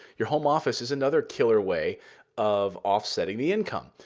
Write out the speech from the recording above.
your home office is another killer way of offsetting the income.